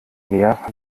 mehr